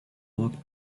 walked